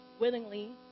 willingly